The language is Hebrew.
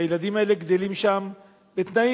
הילדים האלה גדלים שם בתנאים,